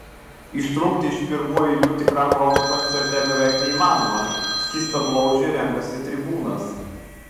ištrūkti iš pirmų eilių tikram roko koncerte beveik neįmanoma skystablauzdžiai renkasi tribūnas